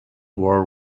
war